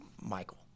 Michael